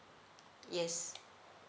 yes